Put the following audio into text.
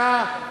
אתה,